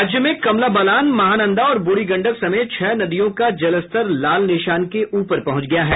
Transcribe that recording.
राज्य में कमला बलान महानंदा और ब्रढ़ी गंडक समेत छह नदियों का जलस्तर लाल निशान के ऊपर पहुंच गया है